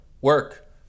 work